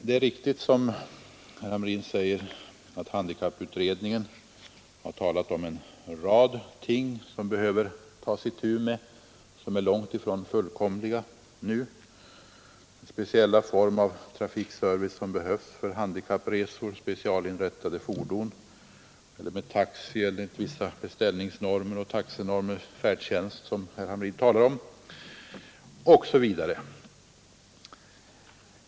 Det är riktigt som herr Hamrin säger, att handikapputredningen har talat om en rad ting som vi behöver ta itu med och som är långtifrån fullkomliga nu när det gäller den speciella form av trafikservice som behövs för handikappresor. Det kan gälla specialinrättade fordon, det kan vara fråga om resor med taxi enligt vissa beställningsnormer och taxinormer, det kan gälla färdtjänst som herr Hamrin talar om osv.